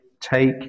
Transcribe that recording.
take